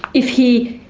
if he,